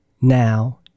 now